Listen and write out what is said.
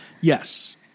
Yes